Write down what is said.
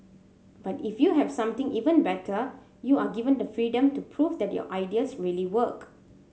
but if you have something even better you are given the freedom to prove that your ideas really work